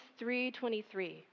3.23